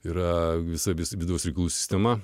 yra visa vis vidaus reikalų sistema